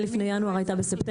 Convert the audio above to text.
יש לי שאלה לפני שאנחנו מסיימים,